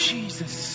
Jesus